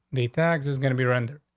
the tax is going to be renting.